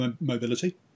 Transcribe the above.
mobility